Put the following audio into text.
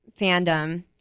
fandom